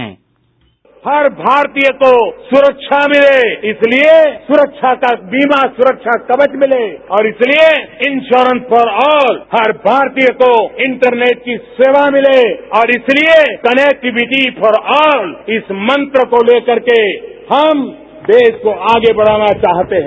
sound bite हर भारतीय को सुरक्षा मिले और इसलिए सुरक्षा का बीमा सुरक्षा कवच मिले और इसलिए इंस्योरेंस फॉर ऑल हर भारतीय को इंटरनेट की सेवा मिले इसलिए और कनेक्टविटी फॉर ऑल इस मंत्र को लेकरके हम देश को आगे बढ़ाने चाहते हैं